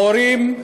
ההורים,